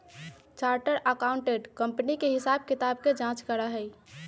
chartered accountant company के हिसाब किताब के जाँच करा हई